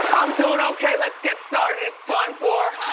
doing okay. let's get started. it's time for?